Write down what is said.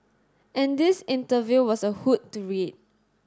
and this interview was a hoot to read